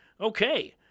Okay